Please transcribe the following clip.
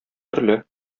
төрле